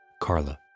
Carla